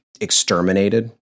exterminated